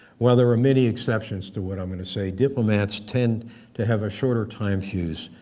while there are many exceptions to what i'm going to say, diplomats tend to have a shorter time fuse,